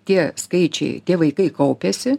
tie skaičiai tie vaikai kaupiasi